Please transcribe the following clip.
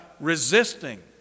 Resisting